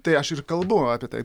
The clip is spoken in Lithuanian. tai aš ir kalbu apie tai